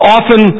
Often